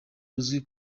uzwi